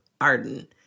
arden